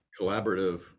collaborative